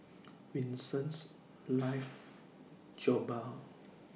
Winston loves Jokbal